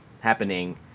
happening